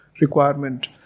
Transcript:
requirement